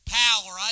power